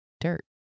dirt